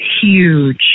huge